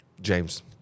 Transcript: James